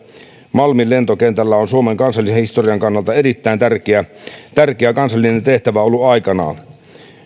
malmin lentokentällä on suomen kansallisen historian kannalta erittäin tärkeä tärkeä kansallinen tehtävä ollut aikoinaan